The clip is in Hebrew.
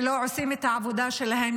שלא עושים את העבודה שלהם,